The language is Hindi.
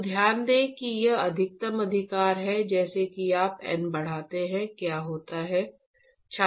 तो ध्यान दें कि यह अधिकतम अधिकार है जैसे ही आप N बढ़ाते हैं क्या होता है